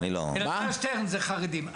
אלעזר שטרן זה חרדים.